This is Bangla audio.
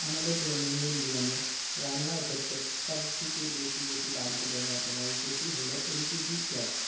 আমাদের দৈনন্দিন জীবনে রান্নার ক্ষেত্রে সবথেকে বেশি যেটি বাড়িতে ব্যবহার করা হয় সেটি হলো এলপিজি গ্যাস